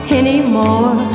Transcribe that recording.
anymore